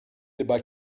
débat